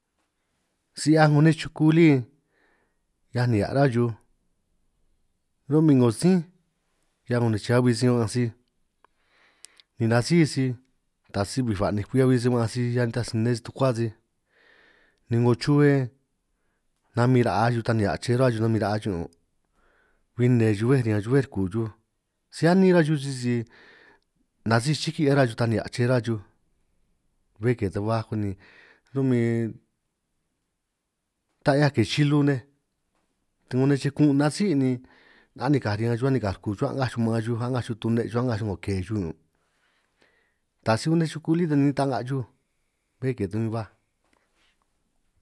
Si 'hiaj 'ngo nej chuku lí hiaj nihia' ra chuj run' min 'ngo sí hiaj 'ngo nane che abi sij ba'anj sij ni nasíj sij, taj si bij ba'ninj kwi abi si ba'anj sij ñan nitaj si nne sij tukua sij, ni 'ngo chube ni namin ra'a chuj ta nihia' che chuhua chuj nabin ra'a chuj ñun', bin nne chuj bej riñan chuj bej chuku chuj si anin ra chuj, sisi nasíj chiki' áj ra chuj ta nihia' ra chuj be ke taj baj akuan', ni ru'min ta 'hiaj ke chilu nej si kun' nasí' ni anikaj riñan chuj anikaj ruku chuj, a'ngaj chuj ma'an chuj a'ngaj chuj tunej a'ngaj chuj 'ngo ke chuj ñun', taj sij unin chuku lí tan ni'in ta'nga chuj bé ke ta baj.